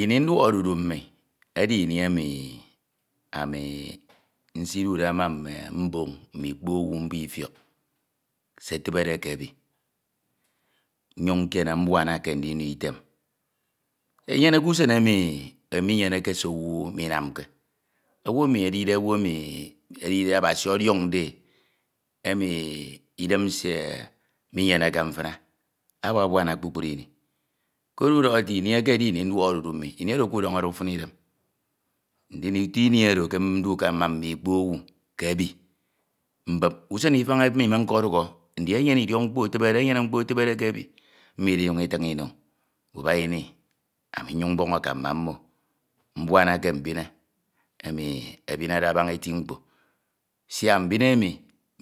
Ini nduọk odudu mmi edi emi ami nsidude ma mme mboñ mme ikpo owu mbo ifiọk e etibede ke ebi, nnyin̄ nkiene mbuana ke ndino item. Inyeneke usen emi menyeneke ɛe owu minamke. Owu emi edide owu emi Abasi odiọñde emi idem nsie menyeneke mfina, abuabuana kpukọn ine. Koro udọhọ ete ini eke edi ini nduok odudu mmi, mi oro ke udọñọ ọduk fin idem. Ndin uto ini oro ke ndu ke ma mme ikpo owu ke ebi mbip, usen ukañ emi me nkodukhọ enyene mkpo etibede ke ebi, mmo idinyem itun ino mñ, ubak ini ami nnyene mboñ akam ma mmo. Mbuana ke mbine emi ebinede ebaña eti mkpo. Siak mbine